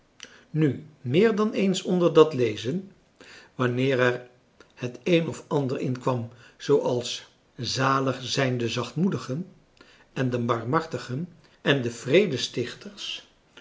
nu meer dan eens onder dat lezen wanneer er het een of ander inkwam zooals zalig zijn de zachtmoedigen en de barmhartigen en de vredestichters